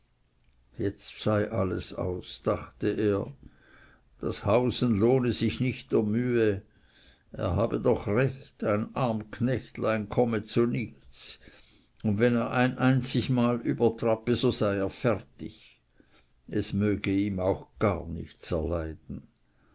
jetzt sei alles aus dachte er hausen lohne sich nicht der mühe er habe doch recht ein arm knechtlein komme zu nichts und wenn er ein einzig mal übertrappe so sei er fertig es möge ihm auch gar nichts erleiden